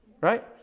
right